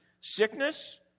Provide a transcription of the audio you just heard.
sickness